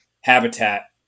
habitat